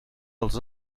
dels